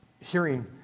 hearing